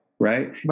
right